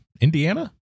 Indiana